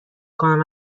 کنم